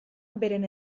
beren